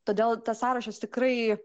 todėl tas sąrašas tikrai